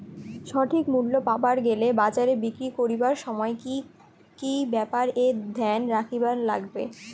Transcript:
সঠিক মূল্য পাবার গেলে বাজারে বিক্রি করিবার সময় কি কি ব্যাপার এ ধ্যান রাখিবার লাগবে?